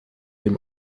dem